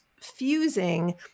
fusing